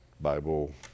Bible